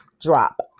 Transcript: drop